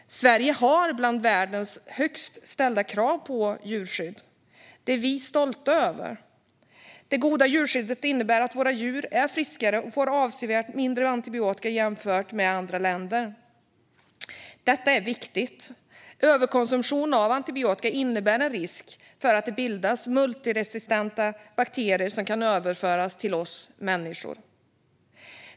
Sveriges krav i fråga om djurskydd tillhör världens högst ställda. Detta är vi stolta över. Det goda djurskyddet innebär att våra djur är friskare och får avsevärt mindre antibiotika jämfört med djuren i andra länder. Detta är viktigt. Överkonsumtion av antibiotika innebär en risk för att det bildas multiresistenta bakterier som kan överföras till oss människor.